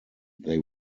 they